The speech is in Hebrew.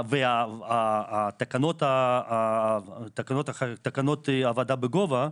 והתקנות עבודה בגובה,